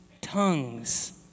tongues